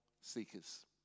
seekers